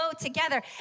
together